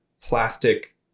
plastic